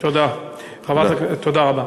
תודה רבה.